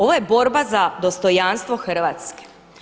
Ovo je borba za dostojanstvo Hrvatske.